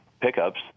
pickups